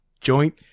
joint